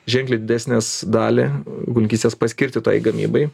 ženkliai didesnės dalį gyvulininkystės paskirti tai gamybai